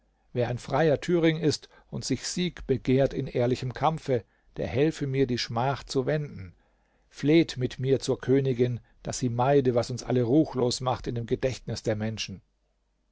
wer ein freier thüring ist und sich sieg begehrt in ehrlichem kampfe der helfe mir die schmach zu wenden fleht mit mir zur königin daß sie meide was uns alle ruchlos macht in dem gedächtnis der menschen